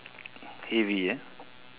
heavy eh